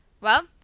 Well